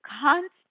constant